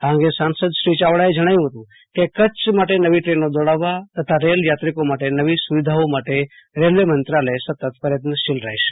આ અંગે સાંસદ શ્રી ચાવડાએ જણાવ્યું હતું કે કચ્છ માટે નવી ટનો દોડાવવા તથા રેલ યાત્રીકો માટે નવી સુવિધાઓ માટે રેલ્વે મંત્રાલય સતત પ્રયત્નશીલ રહેશે